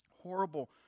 horrible